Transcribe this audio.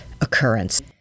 occurrence